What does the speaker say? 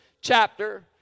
chapter